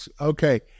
okay